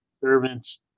servants